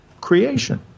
creation